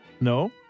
No